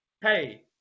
hey